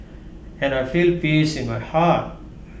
and I feel peace in my heart